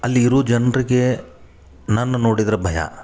ಅಲ್ಲಿ ಇರು ಜನರಿಗೆ ನನ್ನ ನೋಡಿದ್ರೆ ಭಯ